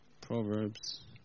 Proverbs